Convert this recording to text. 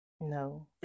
No